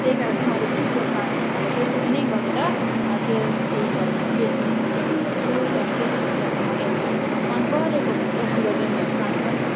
त्यही कारण चाहिँ मैले पनि त्यो प्लान्टहरूलाई अब त्यसरी नै गरेर त्यो उयो गर्ने बेच्ने सोचेको छु द त्यस मध्ये मैले एउटा मन परेको भनेको फिलोडेन्ड्रोन प्लान्ट पनि हो